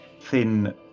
thin